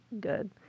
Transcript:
good